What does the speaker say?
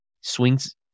swings